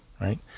right